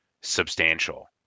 substantial